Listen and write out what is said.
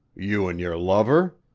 you and your lover?